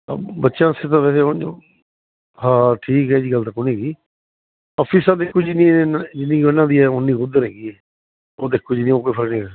ਬੱਚਿਆਂ ਵਾਸਤੇ ਤਾਂ ਵੈਸੇ ਉਂਝ ਉਹ ਹਾਂ ਠੀਕ ਐ ਜੀ ਗੱਲ ਤਾਂ ਕੋ ਨੀ ਹੈਗੀ ਔਰ ਫੀਸਾਂ ਦੇਖੋ ਜਿੰਨੀਆਂ ਏਨਾ ਜਿੰਨੀ ਕ ਉਹਨਾਂ ਦੀ ਐ ਉਨੀ ਉਧਰ ਹੈਗੀ ਏ ਉਹ ਦੇਖੋ ਜੀ ਉਹ ਕੋਈ ਫਰਕ ਨੀ ਹੈਗਾ